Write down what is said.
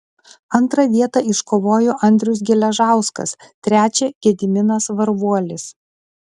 antrą vietą iškovojo andrius geležauskas trečią gediminas varvuolis